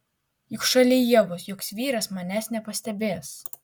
juk šalia ievos joks vyras manęs nepastebės